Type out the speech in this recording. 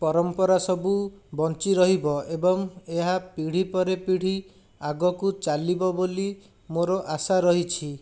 ପରମ୍ପରା ସବୁ ବଞ୍ଚି ରହିବ ଏବଂ ଏହା ପିଢ଼ି ପରେ ପିଢ଼ି ଆଗକୁ ଚାଲିବ ବୋଲି ମୋର ଆଶା ରହିଛି